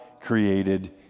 created